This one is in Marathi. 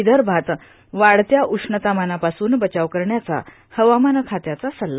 विदर्भात वाढत्या उष्णतामानापासून बचाव करण्याचा हवामानाखात्याचा सल्ला